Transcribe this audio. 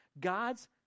God's